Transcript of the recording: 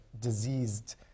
diseased